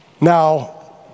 Now